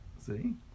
See